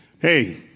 Hey